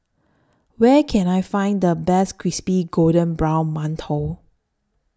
Where Can I Find The Best Crispy Golden Brown mantou